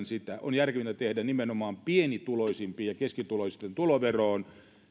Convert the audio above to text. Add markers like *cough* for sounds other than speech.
*unintelligible* sitä niitä on järkevintä tehdä nimenomaan pienituloisimpien ja keskituloisten tuloveroon